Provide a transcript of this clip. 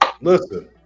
listen